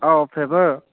ꯑꯥꯎ ꯐ꯭ꯂꯦꯚꯔ